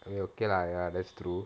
!aiyo! okay lah ya that's true